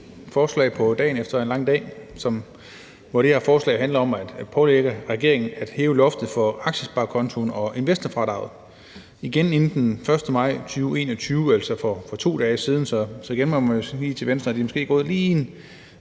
er det det sidste forslag i dag efter en lang dag. Og det her forslag handler om at pålægge regeringen at hæve loftet for aktiesparekontoen og investorfradraget, og igen er det inden den 1. maj 2021, altså for 2 dage siden, så man må igen sige til Venstre, at det måske er gået lige en